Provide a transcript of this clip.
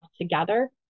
together